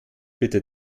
bitte